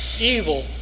evil